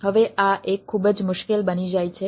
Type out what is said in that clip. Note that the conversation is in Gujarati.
હવે આ એક ખૂબ જ મુશ્કેલ બની જાય છે